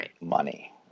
money